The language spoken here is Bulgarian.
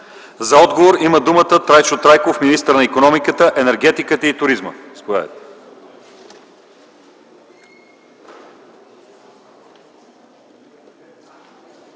За отговор има думата Трайчо Трайков - министър на икономиката, енергетиката и туризма.